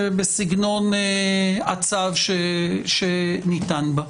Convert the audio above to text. בסגנון הצו שניתן בה.